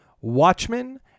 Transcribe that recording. Watchmen